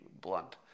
blunt